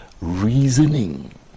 reasoning